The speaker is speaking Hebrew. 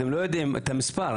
אתם לא יודעים את המספר.